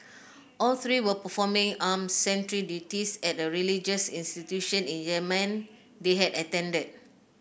all three were performing armed sentry duties at the religious institution in Yemen they had attended